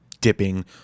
dipping